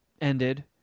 ended